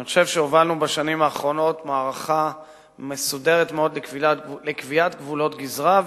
אני חושב שהובלנו בשנים האחרונות מערכה מסודרת מאוד לקביעת גבולות גזרה,